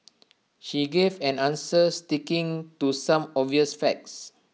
she gave an answer sticking to some obvious facts